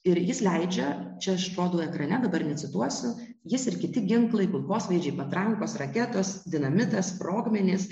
ir jis leidžia čia aš rodau ekrane dabar necituosiu jis ir kiti ginklai kulkosvaidžiai patrankos raketos dinamitas sprogmenys